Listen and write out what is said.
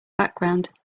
background